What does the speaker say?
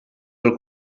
del